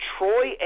Troy